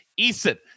eason